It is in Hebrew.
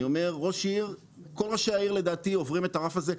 אני אומר כל ראשי העיר לדעתי עוברים את הרף הזה,